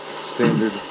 standard